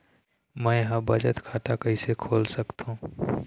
मै ह बचत खाता कइसे खोल सकथों?